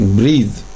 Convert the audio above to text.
breathe